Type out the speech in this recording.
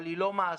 אבל היא לא מעשית.